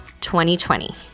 2020